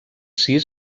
sis